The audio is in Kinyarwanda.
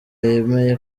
yemeye